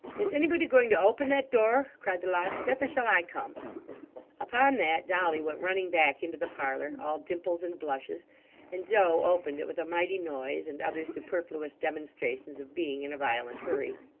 is anybody going to open that door cried the locksmith. or shall i come upon that, dolly went running back into the parlour, all dimples and blushes and joe opened it with a mighty noise, and other superfluous demonstrations of being in a violent hurry.